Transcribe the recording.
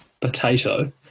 potato